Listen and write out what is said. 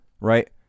right